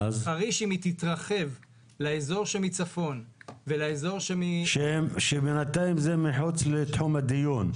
אם חריש תתרחב לאזור מצפון -- בינתיים זה מחוץ לדיון,